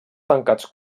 tancats